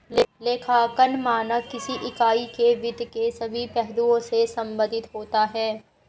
लेखांकन मानक किसी इकाई के वित्त के सभी पहलुओं से संबंधित होता है